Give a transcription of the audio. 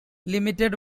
limited